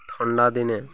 ଥଣ୍ଡା ଦିନେ